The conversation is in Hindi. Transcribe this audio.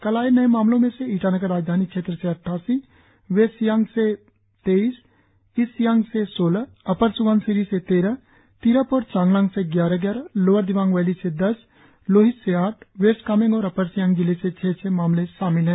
कल आए नए मामलों में से ईटानगर राजधानी क्षेत्र से अड्डासी वेस्ट सियांग से तेइस ईस्ट सियांग से सोलह अपर स्बनसिरी से तेरह तिरप और चांगलांग से ग्यार ग्यारह लोअर दिबांग वैली से द्स लोहित से आठ वेस्ट कमेंग और अपर सियांग जिले से छह छह मामले शामिल है